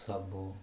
ସବୁ